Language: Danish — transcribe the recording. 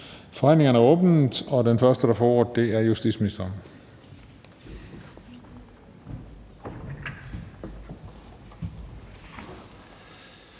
Forhandlingen er åbnet, og den første, der har ordet, er justitsministeren.